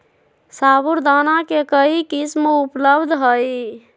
साबूदाना के कई किस्म उपलब्ध हई